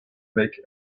make